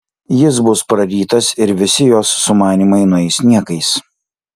jis bus prarytas ir visi jos sumanymai nueis niekais